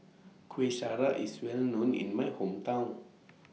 Kuih Syara IS Well known in My Hometown